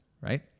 right